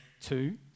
two